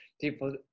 people